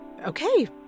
Okay